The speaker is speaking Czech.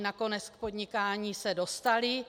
Nakonec k podnikání se dostaly.